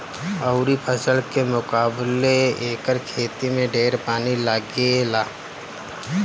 अउरी फसल के मुकाबले एकर खेती में ढेर पानी लागेला